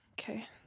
Okay